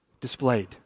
displayed